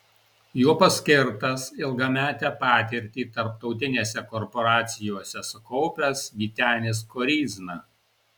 juo paskirtas ilgametę patirtį tarptautinėse korporacijose sukaupęs vytenis koryzna